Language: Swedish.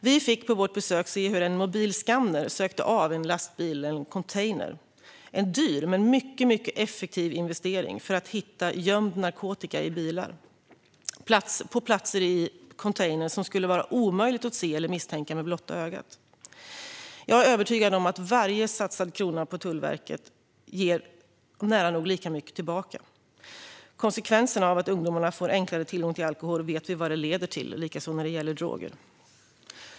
Vi fick under vårt besök se hur en mobil skanner sökte av en lastbilscontainer - en dyr men mycket effektiv investering för att hitta gömd narkotika i bilar och containrar, på platser som skulle vara omöjliga att misstänka eller att se med blotta ögat. Jag är övertygad om att varje krona som satsas på Tullverket ger nära nog lika mycket tillbaka. Vi vet vilka konsekvenserna blir av att ungdomar får enklare tillgång till alkohol; detsamma gäller droger.